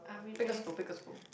pick a school pick a school